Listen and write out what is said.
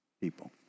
people